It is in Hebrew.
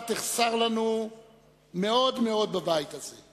אתה תחסר לנו מאוד מאוד בבית הזה.